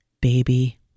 baby